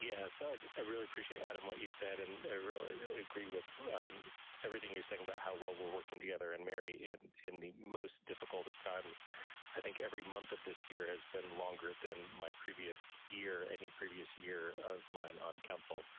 yeah, so i really appreciate adam, what you said and i really agree with everything you're saying about how well we're working together and mary in in the most difficult of times i think every month of this year has been longer than my previous year any previous year of mine on council.